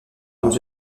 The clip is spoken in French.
dans